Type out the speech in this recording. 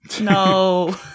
No